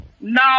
No